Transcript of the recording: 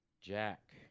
Jack